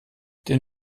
den